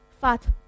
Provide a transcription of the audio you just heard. fat